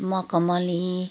अन्त मखमली